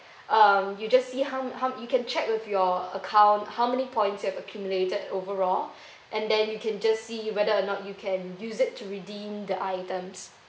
um you just see how how you can check with your account how many points you've accumulated overall and then you can just see whether or not you can use it to redeem the items